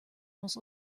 muss